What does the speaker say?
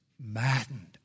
maddened